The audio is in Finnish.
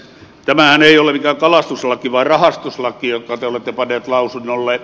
tämähän ei ole mikään kalastuslaki vaan rahastuslaki jonka te olette panneet lausunnolle